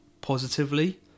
positively